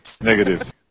Negative